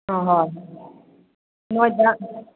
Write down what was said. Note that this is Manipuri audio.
ꯍꯣꯏꯍꯣꯏ ꯅꯣꯏꯗ